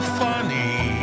funny